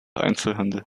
einzelhandel